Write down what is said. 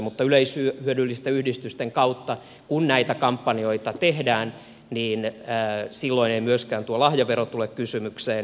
mutta yleishyödyllisten yhdistysten kautta kun näitä kampanjoita tehdään silloin ei myöskään tuo lahjavero tule kysymykseen